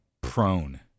prone